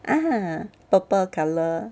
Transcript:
ah purple colour